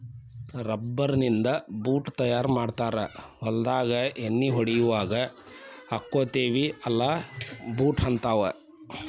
rubber ನಿಂದ boot ತಯಾರ ಮಾಡ್ತಾರ ಹೊಲದಾಗ ಎಣ್ಣಿ ಹೊಡಿಯುವಾಗ ಹಾಕ್ಕೊತೆವಿ ಅಲಾ ಬೂಟ ಹಂತಾವ